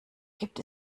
gibt